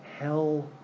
Hell